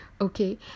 Okay